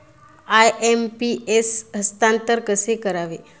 IMPS हस्तांतरण कसे करावे?